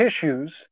tissues